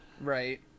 Right